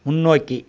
முன்னோக்கி